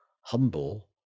humble